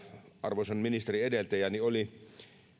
arvoisan ministerin mika lintilän edeltäjä oli